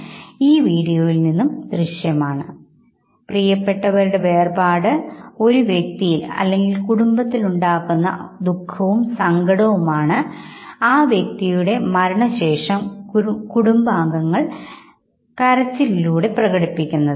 1980 ൽ Buck facial feedback സിദ്ധാന്തത്തിന് ആവശ്യങ്ങൾ വിശദീകരിച്ചപ്പോൾ പ്രധാനമായും അദ്ദേഹത്തിൻറെ പരികൽപനകൾ ഊന്നിയത് മുഖഭാവങ്ങളുടെ ആവിഷ്കാരത്തിൽ മുഖത്തെ പേശിവ്യൂഹങ്ങളുടെ പ്രസക്തിയിലാണ് അവ ആത്മനിഷ്ഠമായ അനുഭവങ്ങളുടെ ആവിഷ്കാരത്തിൽ മുഖത്തെ പേശികൾ ഒരു പ്രധാന പങ്കു വഹിക്കുന്നുണ്ട്